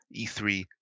E3